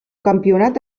campionat